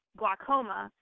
glaucoma